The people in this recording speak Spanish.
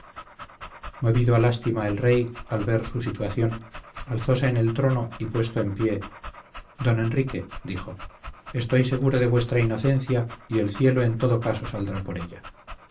movido a lástima el rey al ver su situación alzóse en el trono y puesto en pie don enrique dijo estoy seguro de vuestra inocencia y el cielo en todo caso saldrá por ella